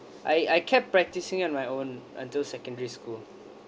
I I kept practising on my own until secondary school